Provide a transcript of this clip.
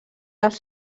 dels